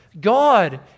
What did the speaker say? God